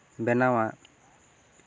ᱵᱮᱱᱟᱣᱟ